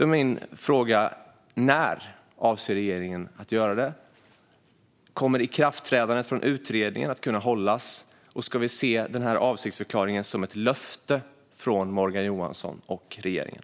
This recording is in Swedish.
När avser regeringen att göra det? Kommer utredningens föreslagna tid för ikraftträdandet att kunna hållas? Ska vi se den här avsiktsförklaringen som ett löfte från Morgan Johansson och regeringen?